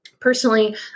Personally